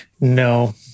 No